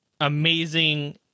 amazing